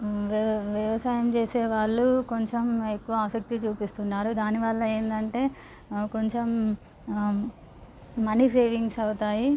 వ్యవసాయం చేసే వాళ్ళు కొంచెం ఎక్కువ ఆసక్తి చూపిస్తున్నారు దాని వల్ల ఏందంటే కొంచెం మనీ సేవింగ్స్ అవుతాయి